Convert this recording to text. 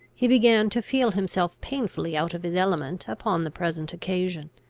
he began to feel himself painfully out of his element upon the present occasion.